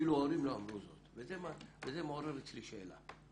אפילו ההורים לא אמרו זאת וזה מעורר אצלי שאלה.